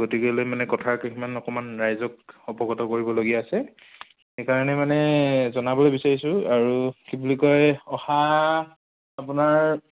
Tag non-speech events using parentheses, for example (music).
গতিকে লৈ মানে কথা (unintelligible) মান অকণমান ৰাইজক অৱগত কৰিবলগীয়া আছে সেইকাৰণে মানে জনাবলৈ বিচাৰিছোঁ আৰু কি বুলি কয় অহা আপোনাৰ